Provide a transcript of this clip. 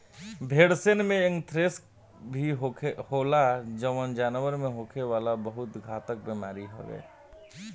भेड़सन में एंथ्रेक्स भी होला जवन जानवर में होखे वाला बहुत घातक बेमारी हवे